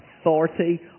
authority